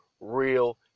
real